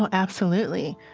absolutely,